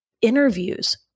interviews